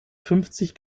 fünfzig